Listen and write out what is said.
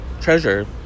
treasure